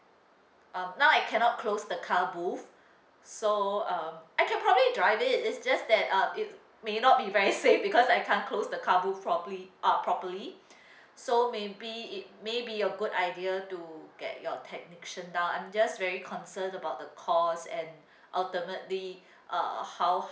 um now I cannot close the car booth so um I can probably drive it it's just that uh it may not be very safe because I can't close the car booth properly uh properly so maybe it may be a good idea to get your technician down I'm just very concerned about the cost and ultimately uh how